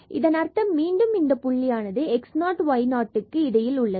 இதன் அர்த்தம் மீண்டும் இந்த புள்ளியானது x0y0இவற்றுக்கு இடையில் உள்ளது